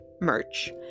merch